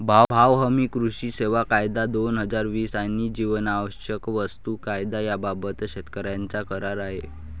भाव हमी, कृषी सेवा कायदा, दोन हजार वीस आणि जीवनावश्यक वस्तू कायदा याबाबत शेतकऱ्यांचा करार आहे